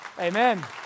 Amen